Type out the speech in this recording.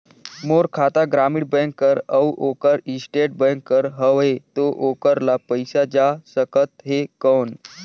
मोर खाता ग्रामीण बैंक कर अउ ओकर स्टेट बैंक कर हावेय तो ओकर ला पइसा जा सकत हे कौन?